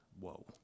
Whoa